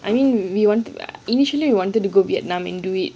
I mean we wanted initially we wanted to go vietnam and do it